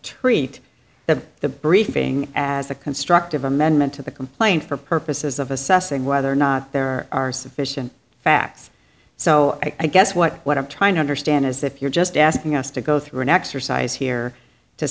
treat the the briefing as a constructive amendment to the complaint for purposes of assessing whether or not there are sufficient facts so i guess what what i'm trying to understand is if you're just asking us to go through an exercise here to